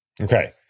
okay